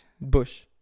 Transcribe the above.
Bush